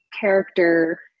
character